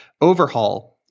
overhaul